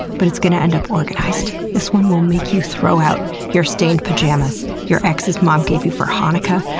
but it's gonna end up organized. this one will make you throw out your stained pajamas your ex's mom gave you for hanukah.